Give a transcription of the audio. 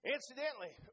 Incidentally